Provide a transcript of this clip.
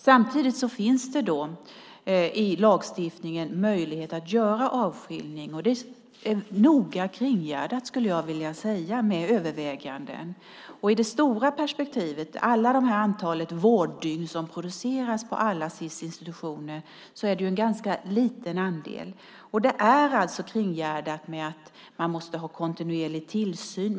Samtidigt finns det enligt lagstiftningen möjlighet att göra en avskiljning. Det är noga kringgärdat med överväganden, skulle jag vilja säga. I det stora perspektivet med alla de vårddygn som produceras på Sis institutioner är det en ganska liten andel. Det är kringgärdat med att man måste ha kontinuerlig tillsyn.